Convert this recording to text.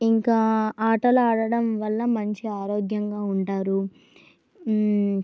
ఇంకా ఆటలు ఆడడం వల్ల మంచి ఆరోగ్యంగా ఉంటారు